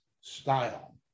style